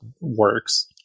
works